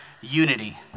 unity